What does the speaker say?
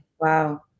Wow